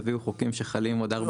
גם הביאו חוק שיחול בעוד ארבע שנים.